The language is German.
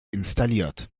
installiert